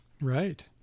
Right